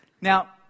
Now